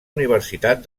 universitat